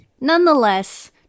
Nonetheless